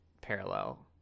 parallel